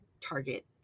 target